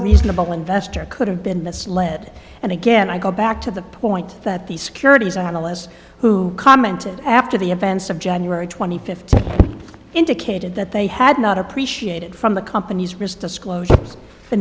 reasonable investor could have been misled and again i go back to the point that the securities analysts who commented after the events of january twenty fifth indicated that they had not appreciated from the company's risk disclosure the